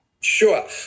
Sure